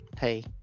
hey